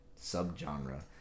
subgenre